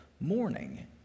morning